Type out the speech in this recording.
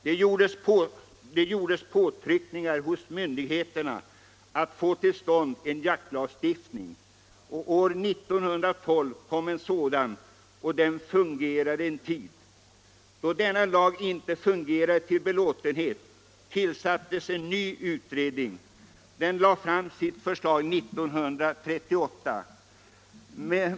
Det gjordes påtryckningar hos myndigheterna för att få till stånd en jaktlagstiftning. År 1912 kom en sådan, men då denna lag inte fungerade till belåtenhet tillsattes en ny utredning, som lade fram sitt förslag år 1938.